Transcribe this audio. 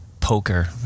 poker